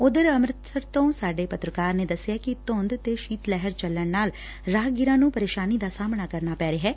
ਉਧਰ ਅਮ੍ਰਿਤਸਰ ਤੋਂ ਸਾਡੇ ਪੱਤਰਕਾਰ ਨੇ ਦਸਿਆ ਕਿ ਧੂੰਦ ਤੇ ਸ਼ੀਤ ਲਹਿਰ ਚੱਲਣ ਨਾਲ ਰਾਹਗੀਰਾਂ ਨੂੰ ਪ੍ਰੇਸ਼ਾਨੀ ਦਾ ਸਾਹਮਣਾ ਕਰਨਾ ਪੈ ਰਿਹੈ